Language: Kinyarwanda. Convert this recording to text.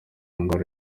ndwara